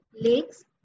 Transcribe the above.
lakes